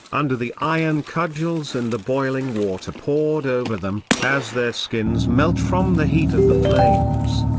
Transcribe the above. under the iron cudgels and the boiling water poured over them, as their skins melt from the heat of the flames.